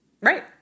Right